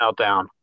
meltdown